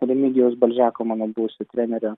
remigijaus balžeko mano buvusio trenerio